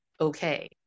okay